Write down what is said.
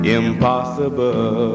impossible